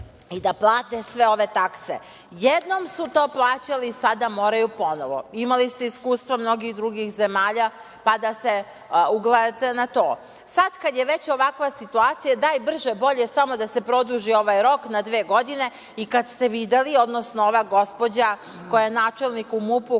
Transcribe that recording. i da plate sve ove takse. Jednom su to plaćali i sada moraju ponovo. Imali ste iskustva mnogih drugih zemalja, pa da se ugledate na to. Sada kada je već ovakva situacija daj brže bolje da se produži ovaj rok na dve godine, odnosno ova gospođa koja je načelnik u MUP-u,